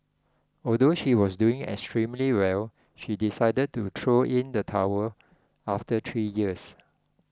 although she was doing extremely well she decided to throw in the towel after three years